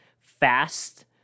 fast